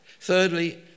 Thirdly